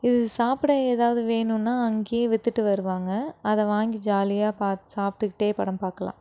இது சாப்பிட ஏதாவது வேணும்னா அங்கேயே வித்துகிட்டு வருவாங்க அதை வாங்கி ஜாலியாக பார்த்து சாப்பிட்டுக் கிட்டே படம் பாக்கலாம்